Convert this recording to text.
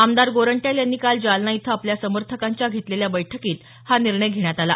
आमदार गोरंट्याल यांनी काल जालना इथं आपल्या समर्थकांच्या घेतलेल्या बैठकीत हा निर्णय घेण्यात आला